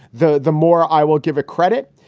the the more i will give it credit,